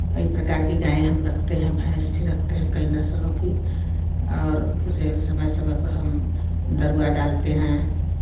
कई प्रकार की गाय हम रखते हैं भैंस भी रखते हैं कई नस्लों की और उसे समय समय पर हम दरुआ डालते हैं